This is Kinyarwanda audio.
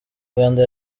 uganda